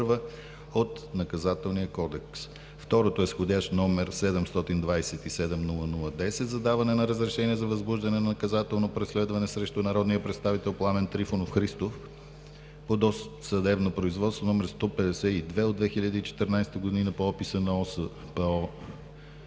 ал. 1 от Наказателния кодекс. Второто искане е с входящ № 727-00-10 за даване на разрешение за възбуждане на наказателно преследване срещу народния представител Пламен Трифонов Христов по досъдебно производство № 152 от 2014 г. по описа на ОСлО